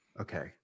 okay